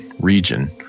region